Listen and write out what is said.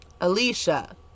alicia